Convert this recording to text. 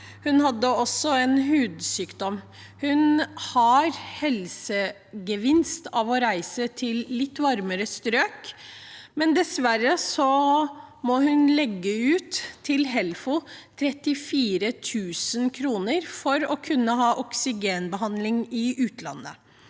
lungesykdom og en hudsykdom. Hun har helsegevinst av å reise til litt varmere strøk, men dessverre må hun legge ut 34 000 kr for Helfo for å kunne få oksygenbehandling i utlandet.